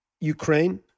Ukraine